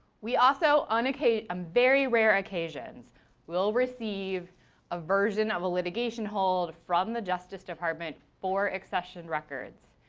we also on occasion um very rare occasions will receive a version of a litigation hold from the justice department for accession records.